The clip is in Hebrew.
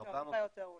אולי טיפה יותר.